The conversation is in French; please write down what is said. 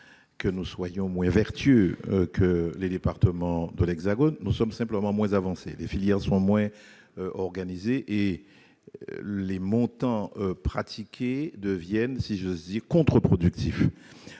que nous soyons moins vertueux que les départements de l'Hexagone ... Nous sommes simplement moins avancés et équipés, les filières sont moins organisées et, de ce fait, les montants pratiqués deviennent, si j'ose dire, contreproductifs.